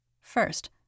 First